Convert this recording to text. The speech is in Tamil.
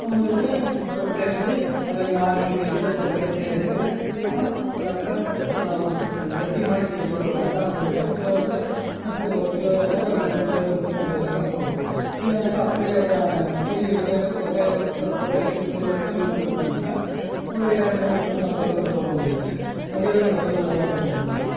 உங்களுக்கு கொட்டை அடிச்சு அதை நார் கீர் இழுத்து கொட்டை கிட்டை எடுத்து சக்கை ரொட்டி மாதிரி செஞ்சு போட்டாக்கா அவங்களுக்கு கிலோவுக்கு ஒரு கிலோ எடுத்தாக்கா என்ன முந்நூறு முந்நூற்றம்பதுரூபா வரைக்கும் போகும் இல்லைனாக்கா அப்டே ப புளி விற்று கொட்டை எடுத்து கொட்டை அடிச்சு புளி புளி கொடுக்கணுனாக்கா ஒரு நூறு நூற்றம்பதுரூபா வரைக்கும் போகும் உங்களுக்கு அதே தான் முதல் நல்லா வரும் உங்களுக்கு வரும்